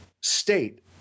state